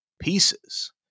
pieces